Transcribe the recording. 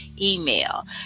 email